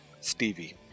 Stevie